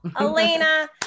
Elena